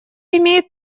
имеет